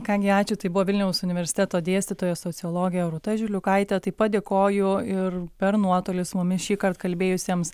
ką gi ačiū tai buvo vilniaus universiteto dėstytoja sociologė rūta žiliukaitė taip pat dėkoju ir per nuotolį su mumis šįkart kalbėjusiems